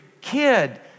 kid